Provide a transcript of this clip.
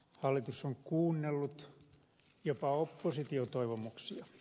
hallitus on kuunnellut jopa opposition toivomuksia